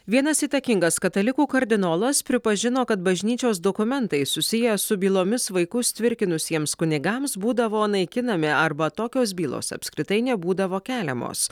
vienas įtakingas katalikų kardinolas pripažino kad bažnyčios dokumentai susiję su bylomis vaikus tvirkinusiems kunigams būdavo naikinami arba tokios bylos apskritai nebūdavo keliamos